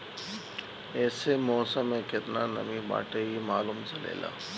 एसे मौसम में केतना नमी बाटे इ मालूम चलेला